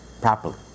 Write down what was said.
properly